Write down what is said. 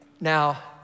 Now